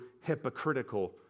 hypocritical